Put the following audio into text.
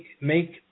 make